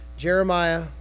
Jeremiah